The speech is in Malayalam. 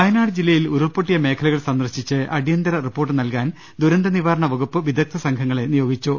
വയനാട് ജില്ലയിൽ ഉരുൾപൊട്ടിയ മേഖലകൾ സന്ദർശിച്ച് അടി യന്തര റിപ്പോർട്ട് നൽകാൻ ദുരന്തനിവാരണ വകുപ്പ് ്വിദഗ്ധ സം ഘങ്ങളെ നിയോഗിച്ചു